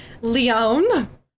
Leon